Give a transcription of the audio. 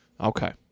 Okay